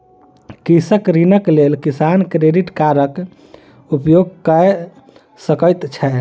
कृषक ऋणक लेल किसान क्रेडिट कार्डक उपयोग कय सकैत छैथ